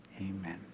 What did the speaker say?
Amen